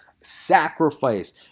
sacrifice